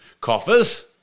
coffers